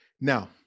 Now